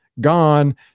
gone